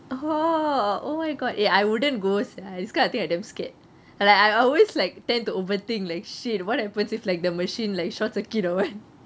oh oh my god eh I wouldn't go sia this kind of thing I damn scared and I always like tend to overthink like shit what happens if like the machine like short circuit or what